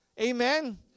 Amen